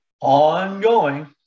ongoing